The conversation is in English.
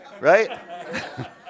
right